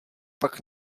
pak